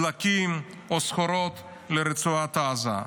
דלקים או סחורות לרצועת עזה.